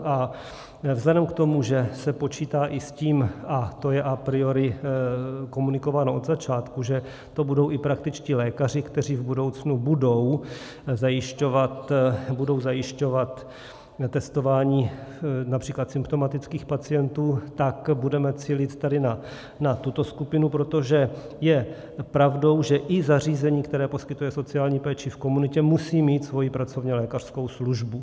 A vzhledem k tomu, že se počítá i s tím, a to je a priori komunikováno od začátku, že to budou i praktičtí lékaři, kteří v budoucnu budou zajišťovat testování například symptomatických pacientů, tak budeme cílit tady na tuto skupinu, protože je pravdou, že i zařízení, které poskytuje sociální péči v komunitě, musí mít svojí pracovní lékařskou službu.